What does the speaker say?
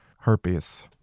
Herpes